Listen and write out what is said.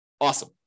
Awesome